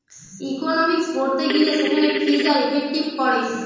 economics পড়তে গিলে সেখানে ফিজ আর ইফেক্টিভ পড়ে